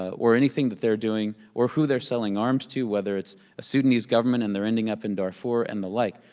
ah or anything that they're doing, or who they're selling arms to, whether it's a sudanese government, and they're ending up in darfur and the like.